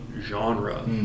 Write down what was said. genre